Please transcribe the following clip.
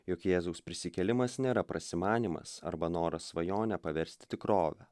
jog jėzaus prisikėlimas nėra prasimanymas arba noras svajonę paversti tikrove